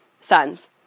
sons